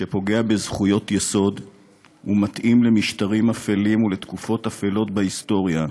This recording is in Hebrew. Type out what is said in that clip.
שפוגע בזכויות יסוד ומתאים למשטרים אפלים ולתקופות אפלות בהיסטוריה,